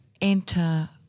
enter